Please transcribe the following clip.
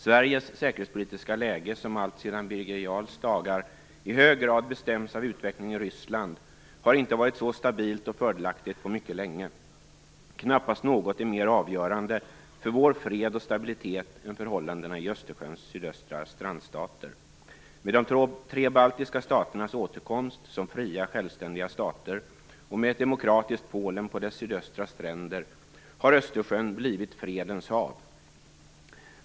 Birger Jarls dagar i hög grad bestäms av utvecklingen i Ryssland, har inte varit så stabilt och fördelaktigt på mycket länge. Knappast något är mer avgörande för vår fred och stabilitet än förhållandena i Östersjöns sydöstra strandstater. Med de tre baltiska staternas återkomst som fria självständiga stater och med ett demokratiskt Polen på dess sydöstra stränder har Östersjön blivit fredens hav.